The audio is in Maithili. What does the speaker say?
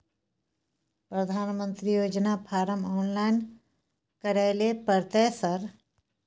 प्रधानमंत्री योजना फारम ऑनलाइन करैले परतै सर?